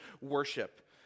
worship